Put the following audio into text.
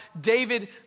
David